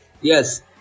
yes